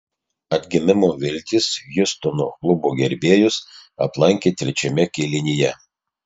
atgimimo viltys hjustono klubo gerbėjus aplankė trečiame kėlinyje